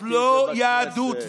זאת לא יהדות,